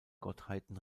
gottheiten